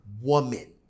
woman